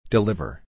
Deliver